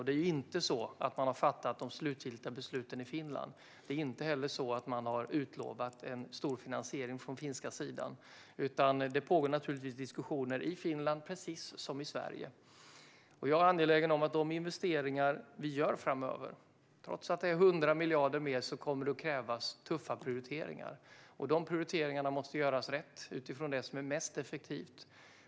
Det är inte så att man har fattat de slutgiltiga besluten i Finland. Det är inte heller så att man har utlovat en stor finansiering från den finländska sidan. Men det pågår naturligtvis diskussioner i Finland, precis som i Sverige. Trots att det är 100 miljarder mer kommer det att krävas tuffa prioriteringar. Jag är angelägen om att de investeringar vi gör framöver görs med rätt prioriteringar utifrån det som är effektivast.